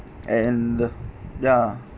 and the ya